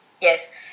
Yes